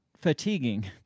fatiguing